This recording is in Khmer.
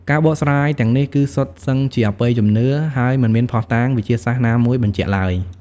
ការបកស្រាយទាំងនេះគឺសុទ្ធសឹងជាអបិយជំនឿ ហើយមិនមានភស្តុតាងវិទ្យាសាស្ត្រណាមួយបញ្ជាក់ឡើយ។